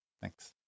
Thanks